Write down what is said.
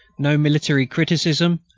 no military criticism,